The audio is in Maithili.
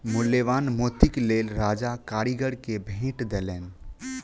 मूल्यवान मोतीक लेल राजा कारीगर के भेट देलैन